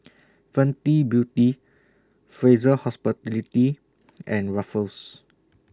Fenty Beauty Fraser Hospitality and Ruffles